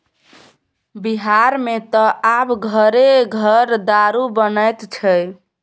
बिहारमे त आब घरे घर दारू बनैत छै